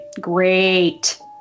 Great